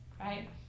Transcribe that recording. right